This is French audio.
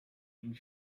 une